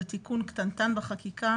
זה תיקון קטנטן בחקיקה